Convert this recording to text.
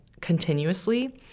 continuously